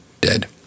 dead